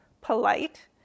polite